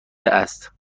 است